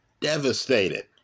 devastated